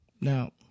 now